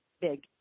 big